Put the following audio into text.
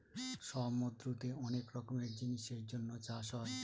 সমুদ্রতে অনেক রকমের জিনিসের জন্য চাষ হয়